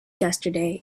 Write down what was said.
yesterday